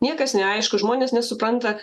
niekas neaišku žmonės nesupranta